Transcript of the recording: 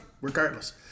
regardless